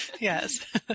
yes